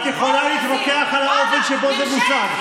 את יכולה להתווכח על האופן שבו זה מוצג.